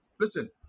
Listen